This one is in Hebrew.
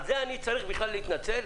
על זה אני צריך בכלל להתנצל?